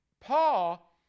paul